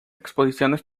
exposiciones